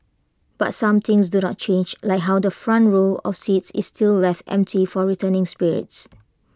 but some things do not change like how the front row of seats is still left empty for returning spirits